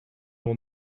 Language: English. will